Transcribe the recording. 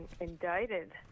indicted